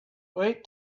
wait